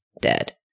dead